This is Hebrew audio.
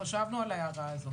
אנחנו חשבנו על ההערה הזו.